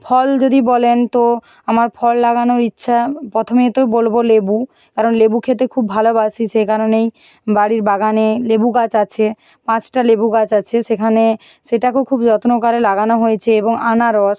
ফল যদি বলেন তো আমার ফল লাগানোর ইচ্ছা প্রথমেই তো বলবো লেবু কারণ লেবু খেতে খুব ভালোবাসি সেই কারণেই বাড়ির বাগানে লেবু গাছ আছে পাঁচটা লেবু গাছ আছে সেখানে সেটাকেও খুব যত্ন কারে লাগানো হয়েছে এবং আনারস